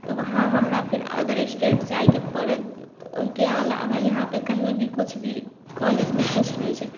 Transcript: तऽ वहाँ हमरा फेर अदर एस्टेट जाइके पड़त तऽ ओहिके अलावा यहाँपर कहीँ भी किछु भी कॉलेजमे किछु नहि छै